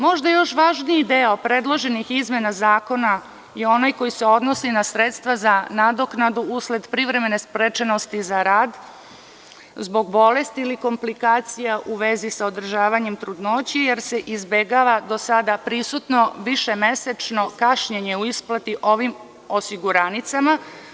Možda još važniji deo predloženih izmena zakona je onaj koji se odnosi na sredstva za nadoknadu usled privremene sprečenosti za rad zbog bolesti ili komplikacija u vezi sa održavanjem trudnoće, jer se izbegava do sada prisutno višemesečno kašnjenje u isplati ovim osiguranicama.